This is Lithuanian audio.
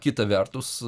kita vertus